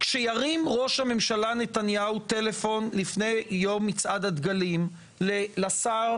כשירים ראש הממשלה נתניהו טלפון לפני יום מצעד הדגלים לשר